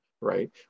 right